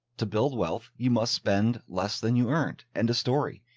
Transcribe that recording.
to build wealth, you must spend less than you earned and a story.